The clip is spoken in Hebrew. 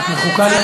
את מחוקה.